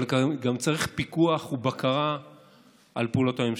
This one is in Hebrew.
אבל גם צריך פיקוח ובקרה על פעולות הממשלה.